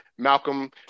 Malcolm